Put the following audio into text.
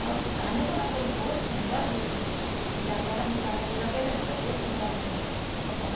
ଆଉ କାନକୁ ନା ତୋର ବହୁତ ସୁନ୍ଦର ଦିଶୁଛି ଯାହାଦ୍ୱାରା ମୁଁ କାନରେ ଲଗାଇଲେ ମୋତେ ବହୁତ ସୁନ୍ଦର ଲାଗେ ମୋ କାନ